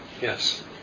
Yes